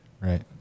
Right